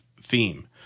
theme